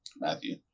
Matthew